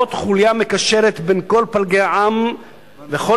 להוות חוליה מקשרת בין כל פלגי העם וכל